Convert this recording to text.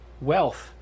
Wealth